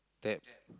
tab